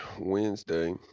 Wednesday